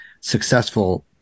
successful